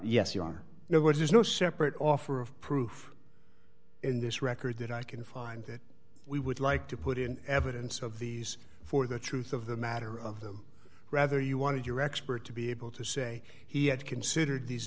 yes you are now which is no separate offer of proof in this record that i can find that we would like to put in evidence of these for the truth of the matter of them rather you wanted your expert to be able to say he had considered these